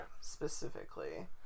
specifically